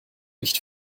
nicht